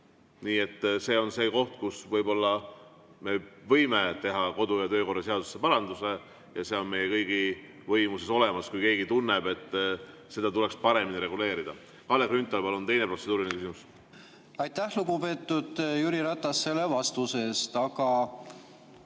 Nii et see on see koht, kus me võime teha kodu- ja töökorra seadusesse paranduse. See on meie kõigi võimuses, kui keegi tunneb, et seda tuleks paremini reguleerida. Kalle Grünthal, palun! Teine protseduuriline küsimus. Aitäh, lugupeetud Jüri Ratas, selle vastuse eest! Aga